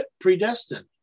predestined